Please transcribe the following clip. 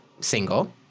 Single